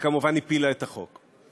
וכמובן הפילה את החוק.